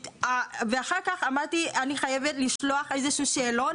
אחר כך אמרתי שאני חייבת לשלוח איזשהו שאלון.